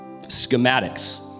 schematics